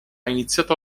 iniziato